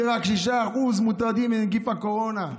ורק 6% מוטרדים מנגיף הקורונה.